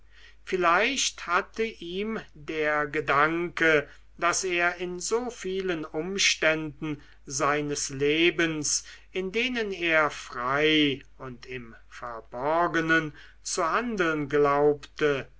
vielleicht hatte ihm der gedanke daß er in so vielen umständen seines lebens in denen er frei und im verborgenen zu handeln glaubte